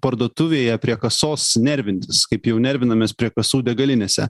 parduotuvėje prie kasos nervintis kaip jau nervinamės prie kasų degalinėse